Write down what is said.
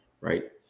right